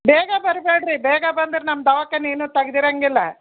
ಬೇಗ ಬರ್ಬೇಡ್ರಿ ಬೇಗ ಬಂದ್ರೆ ನಮ್ಮ ದವಾಖಾನೆ ಇನ್ನೂ ತೆಗೆದಿರಂಗಿಲ್ಲ